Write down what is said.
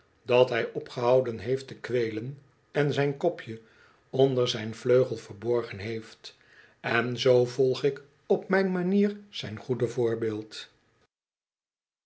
dat hij opgehouden heeft te kweelen en zijn kopje onder zijn vleugel verborgen heeft en zoo volg ik op mijn manier zijn goede voorbeeld